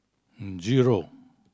zero